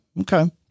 Okay